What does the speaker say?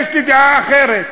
יש לי דעה אחרת.